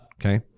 okay